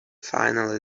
finally